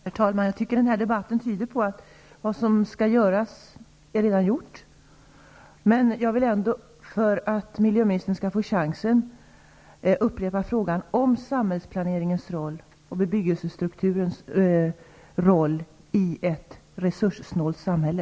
Herr talman! Jag tycker att denna debatt tyder på att vad som skall göras redan är gjort. Men jag vill ändå för att miljöministern skall få chansen att svara upprepa frågan om samhällsplaneringens roll och bebyggelsestrukturens roll i ett resurssnålt samhälle.